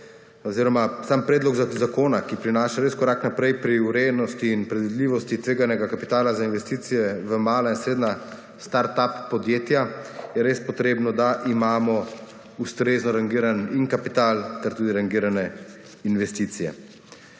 oziroma sam predlog zakona, ki prinaša res korak naprej pri urejenosti in predvidljivosti tveganega kapitala za investicije v mala in srednja start up podjetja, je res potrebno, da imamo ustrezno rangiran in kapital ter tudi rangirane investicije.